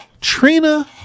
Trina